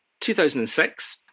2006